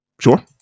Sure